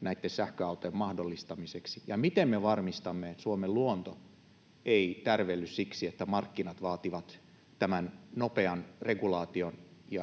näitten sähköautojen mahdollistamiseksi? Miten me varmistamme, että Suomen luonto ei tärvelly siksi, että markkinat vaativat tämän nopean regulaation